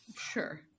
sure